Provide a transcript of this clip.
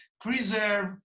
preserve